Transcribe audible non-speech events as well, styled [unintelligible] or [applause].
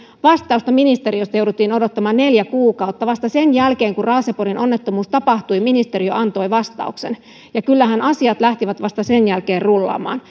vastausta ministeriöstä jouduttiin odottamaan neljä kuukautta vasta sen jälkeen kun raaseporin onnettomuus tapahtui ministeriö antoi vastauksen kyllähän asiat lähtivät vasta sen jälkeen rullaamaan [unintelligible]